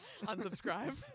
Unsubscribe